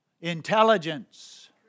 Intelligence